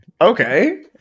Okay